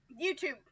YouTube